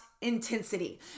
Intensity